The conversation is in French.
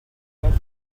gars